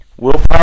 Willpower